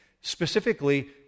specifically